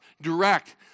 direct